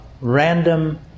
random